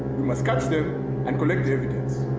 we must catch them and collect evidence.